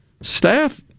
staff